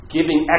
giving